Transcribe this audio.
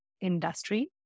industry